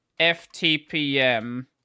FTPM